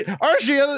Archie